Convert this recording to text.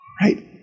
Right